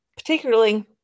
Particularly